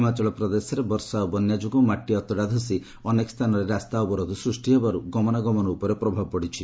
ହିମାଚଳ ପ୍ରଦେଶରେ ବର୍ଷା ଓ ବନ୍ୟା ଯୋଗୁଁ ମାଟି ଅତଡ଼ା ଧସି ଅନେକ ସ୍ଥାନରେ ରାସ୍ତା ଅବରୋଧ ସୃଷ୍ଟି ହେବାରୁ ଗମନାଗମନ ଉପରେ ପ୍ରଭାବ ପଡ଼ିଛି